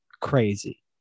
Crazy